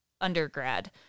undergrad